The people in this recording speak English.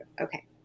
Okay